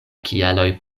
kialoj